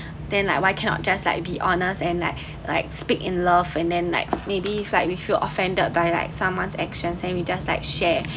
then like why cannot just like be honest and like like speak in love and then like maybe like we feel offended by like someone's actions and we just like share